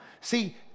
See